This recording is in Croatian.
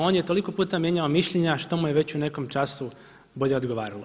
On je toliko puta mijenjao mišljenja što mu je već u nekom času bolje odgovaralo.